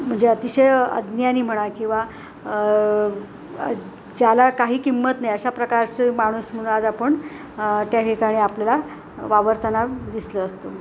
म्हणजे अतिशय अज्ञानी म्हणा किंवा ज्याला काही किंमत नाही अशा प्रकारचे माणूस म्हणून आपण त्या ठिकाणी आपल्याला वावरताना दिसलो असतो